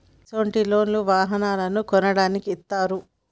ఇసొంటి లోన్లు వాహనాలను కొనడానికి ఇత్తారు